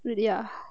really ah